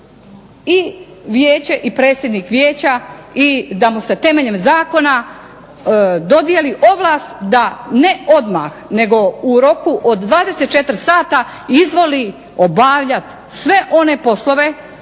i vijeće i predsjednik vijeća i da mu se temeljem zakona dodijeli ovlast da ne odmah nego u roku od 24 sata izvoli obavljati sve one poslove